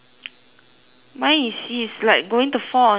mine is he's like going to fall on his back lah